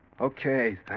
Okay